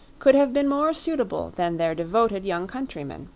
could have been more suitable than their devoted young countryman,